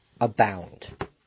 abound